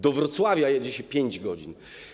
Do Wrocławia jedzie się 5 godzin.